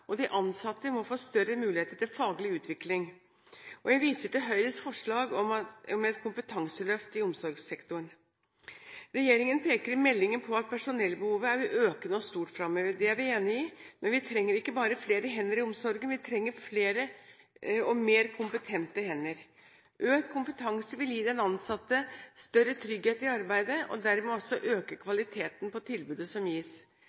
og de ansatte må få større muligheter til faglig utvikling. Jeg viser til Høyres forslag om et kompetanseløft i omsorgssektoren. Regjeringen peker i meldingen på at personellbehovet er økende og stort fremover. Det er vi enig i, men vi trenger ikke bare flere hender i omsorgen – vi trenger flere og mer kompetente hender. Økt kompetanse vil gi den ansatte større trygghet i arbeidet og dermed også øke kvaliteten på tilbudet som gis.